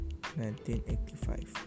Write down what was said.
1985